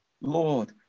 Lord